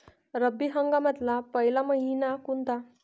रब्बी हंगामातला पयला मइना कोनता?